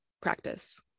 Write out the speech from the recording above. practice